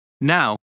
Now